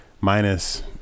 minus